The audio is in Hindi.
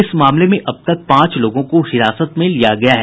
इस मामले में अब तक पांच लोगों को हिरासत में लिया गया है